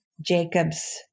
Jacob's